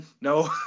no